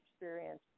experience